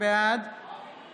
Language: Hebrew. בעד